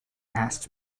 asked